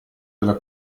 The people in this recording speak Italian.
della